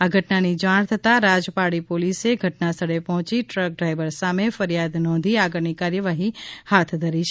આ ઘટનાની જાણ થતાં રાજપારડી પોલીસે ઘટનાસ્થળે પહોંચી ટ્રક ડ્રાઇવર સામે ફરિયાદ નોંધી આગળની કાર્યવાહી હાથ ધરી છે